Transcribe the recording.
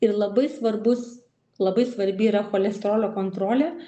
ir labai svarbus labai svarbi yra cholesterolio kontrolė